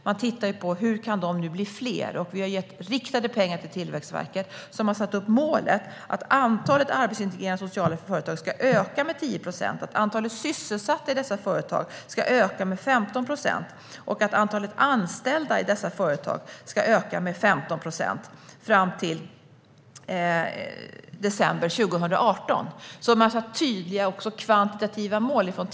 Man tittar nu på hur de kan bli fler. Vi har gett riktade pengar till Tillväxtverket, som har satt upp målen att antalet arbetsintegrerande sociala företag ska öka med 10 procent, att antalet sysselsatta i dessa företag ska öka med 15 procent och att antalet anställda i dessa företag ska öka med 15 procent fram till december 2018. Tillväxtverket har alltså satt upp tydliga och kvantitativa mål.